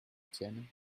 étienne